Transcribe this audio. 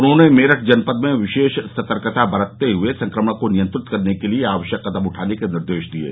उन्होंने मेरठ जनपद में विशेष सतर्कता बरतते हुए संक्रमण को नियंत्रित करने के लिये आवश्यक कदम उठाने के निर्देश दिये